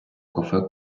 кафе